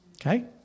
Okay